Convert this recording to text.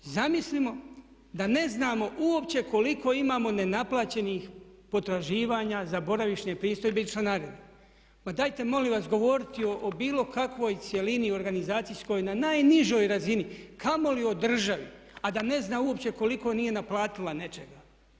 Zamislimo da ne znamo uopće koliko imamo nenaplaćenih potraživanja za boravišne pristojbe i članarine, pa dajte molim vas govoriti o bilo kakvoj cjelini organizacijskoj na najnižoj razini kamoli o državi a da ne zna uopće koliko nije naplatila nečega.